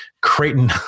Creighton